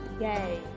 Yay